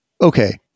okay